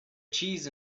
cheese